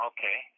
Okay